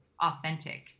authentic